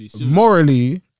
morally